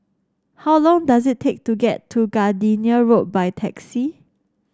how long does it take to get to Gardenia Road by taxi